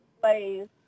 Plays